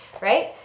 right